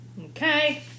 Okay